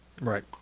Right